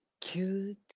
cute